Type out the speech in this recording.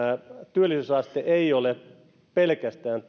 työllisyysaste ei ole pelkästään